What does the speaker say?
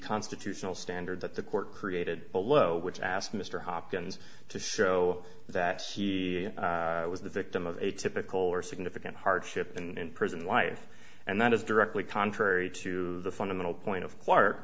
constitutional standard that the court created below which asked mr hopkins to show that he was the victim of a typical or significant hardship and prison life and that is directly contrary to the fundamental point of